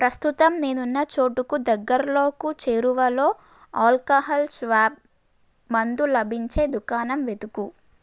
ప్రస్తుతం నేనున్న చోటుకు దగ్గరలో చేరువలో ఆల్కహాల్ స్వాబ్ మందు లభించే దుకాణం వెతుకు